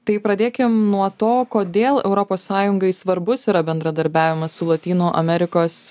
tai pradėkim nuo to kodėl europos sąjungai svarbus yra bendradarbiavimas su lotynų amerikos